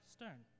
Stern